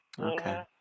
Okay